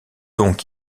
donc